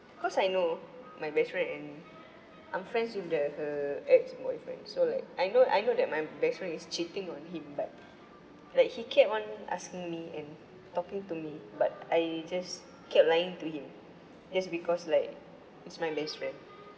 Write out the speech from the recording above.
cause I know my best friend and I'm friends with the her ex-boyfriend so like I know I know that my best friend is cheating on him but like he kept on asking me and talking to me but I just kept lying to him just because like it's my best friend